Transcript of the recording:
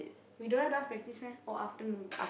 we don't have enough practice meh oh afternoon